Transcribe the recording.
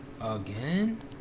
Again